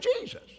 Jesus